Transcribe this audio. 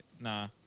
nah